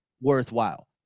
worthwhile